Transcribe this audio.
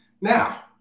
now